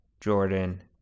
Jordan